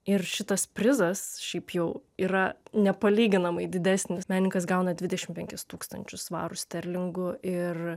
ir šitas prizas šiaip jau yra nepalyginamai didesnis menininkas gauna dvidešimt penkis tūkstančius svarų sterlingų ir